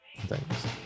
thanks